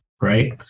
right